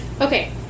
Okay